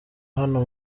hano